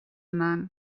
man